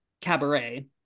cabaret